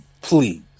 Please